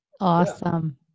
Awesome